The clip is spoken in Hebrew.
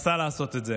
שמנסה לעשות את זה,